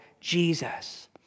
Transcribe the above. Jesus